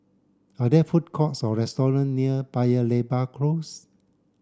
are there food courts or restaurant near Paya Lebar Close